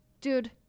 Dude